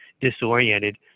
disoriented